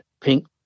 pink